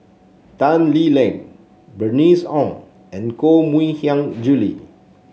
Tan Lee Leng Bernice Ong and Koh Mui Hiang Julie